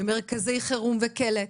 במרכזי חירום וקלט,